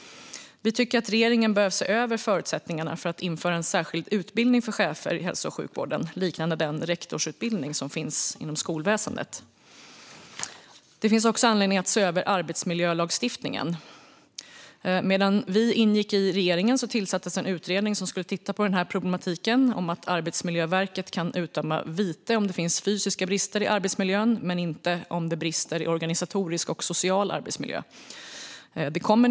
Vi tycker att regeringen behöver se över förutsättningarna för att införa en särskild utbildning för chefer i hälso och sjukvården, liknande rektorsutbildningen inom skolväsendet. Det finns även anledning att se över arbetsmiljölagstiftningen. Medan vi ingick i regeringen tillsattes en utredning som skulle titta på problematiken med att Arbetsmiljöverket kan utdöma vite om det finns fysiska brister i arbetsmiljön men inte om det brister i organisatorisk och social arbetsmiljö.